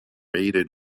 aided